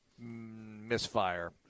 misfire